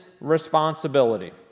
responsibility